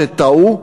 שטעו,